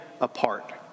apart